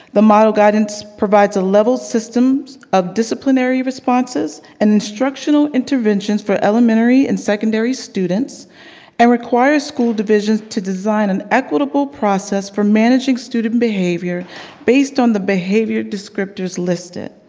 the model guidance provides a level system of disciplinary responses and instructional interventions for elementary and secondary students and requires school divisions to design an equitable process for managing student behavior based on the behavior descriptors listed.